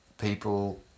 People